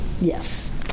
yes